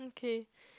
okay